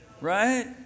right